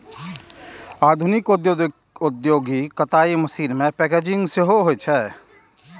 आधुनिक औद्योगिक कताइ मशीन मे पैकेजिंग सेहो होइ छै